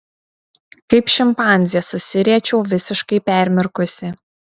kaip šimpanzė susiriečiau visiškai permirkusi